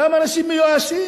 למה אנשים מיואשים.